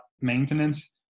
maintenance